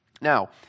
Now